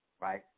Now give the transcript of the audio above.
right